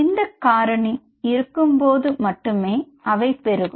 இந்த காரணி இருக்கும் போது மட்டுமே அவை பெருகும்